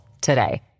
today